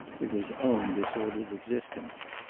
with his own disordered existence.